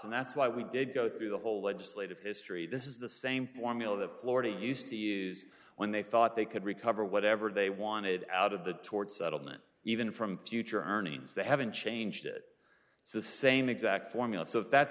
and that's why we did go through the whole legislative history this is the same formula the florida used to use when they thought they could recover whatever they wanted out of the towards settlement even from future earnings they haven't changed it it's the same exact formula so if that